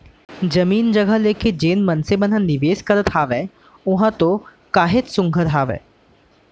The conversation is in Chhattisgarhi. जमीन जघा लेके जेन मनसे मन ह निवेस करत हावय ओहा तो काहेच सुग्घर हावय